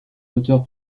moteur